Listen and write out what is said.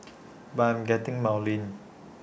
but I am getting maudlin